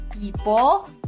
people